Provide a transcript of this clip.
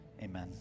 Amen